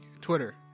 Twitter